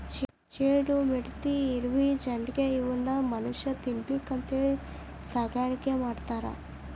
ಚೇಳು, ಮಿಡತಿ, ಇರಬಿ, ಜೊಂಡಿಗ್ಯಾ ಇವನ್ನು ಮನುಷ್ಯಾ ತಿನ್ನಲಿಕ್ಕೆ ಅಂತೇಳಿ ಸಾಕಾಣಿಕೆ ಮಾಡ್ತಾರ